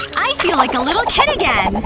i feel like a little kid again!